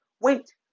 Wait